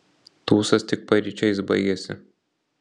tūsas tik paryčiais baigėsi